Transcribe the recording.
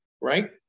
right